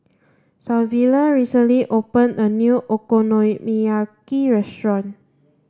Savilla recently open a new Okonomiyaki restaurant